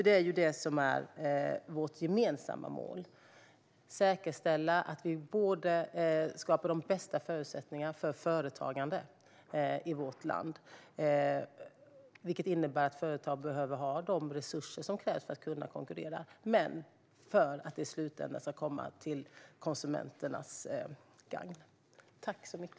Det är detta som är vårt gemensamma mål: att säkerställa att vi skapar de bästa förutsättningarna för företagande i vårt land. Det innebär att företag behöver ha de resurser som krävs för att kunna konkurrera, vilket i slutändan ska komma konsumenterna till gagn.